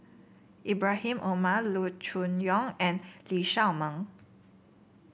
Ibrahim Omar Loo Choon Yong and Lee Shao Meng